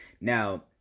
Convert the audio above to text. Now